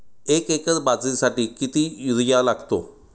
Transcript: एक एकर बाजरीसाठी किती युरिया लागतो?